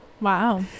Wow